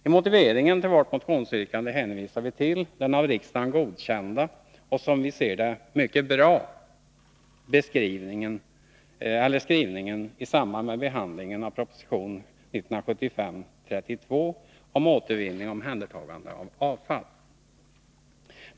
I motiveringen till vårt motionsyrkande hänvisar vi till den av riksdagen godkända och, som vi ser det, mycket bra skrivningen i samband med behandlingen av proposition 1975:32 om återvinning och omhändertagande av avfall.